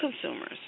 consumers